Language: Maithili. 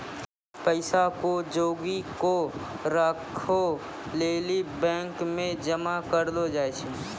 पैसा के जोगी क राखै लेली बैंक मे जमा करलो जाय छै